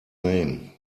name